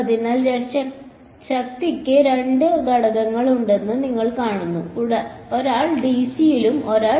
അതിനാൽ ശക്തിക്ക് 2 ഘടകങ്ങൾ ഉണ്ടെന്ന് നിങ്ങൾ കാണുന്നു ഒരാൾ DC യിലും ഒരാൾ